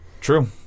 True